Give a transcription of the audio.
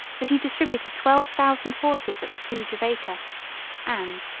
that he distributed twelve thousand horses at the siege of acre and,